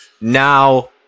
now